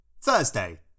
Thursday